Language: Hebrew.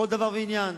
בכל דבר ועניין.